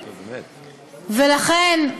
ולכן,